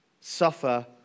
suffer